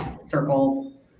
circle